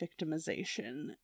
victimization